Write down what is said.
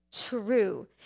true